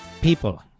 people